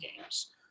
games